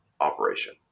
operation